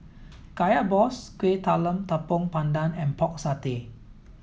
Kaya Balls Kuih Talam Tepong Pandan and pork satay